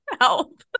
help